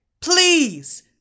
Please